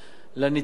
ולא למצרך,